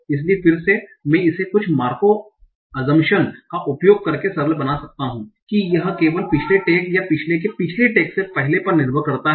इसलिए फिर से मैं इसे कुछ मार्कोव अजंप्शन का उपयोग करके सरल बना सकता हूं कि यह केवल पिछले टैग या पिछले के पिछले टैग से पहले पर निर्भर करता है